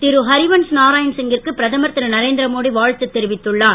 திருஹரிவன்ஸ் நாராயண் சிங் கிற்கு பிரதமர் திருநரேந்திரமோடி வாழ்த்து தெரிவித்துள்ளார்